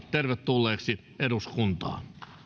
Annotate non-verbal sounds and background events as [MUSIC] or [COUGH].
[UNINTELLIGIBLE] tervetulleiksi eduskuntaan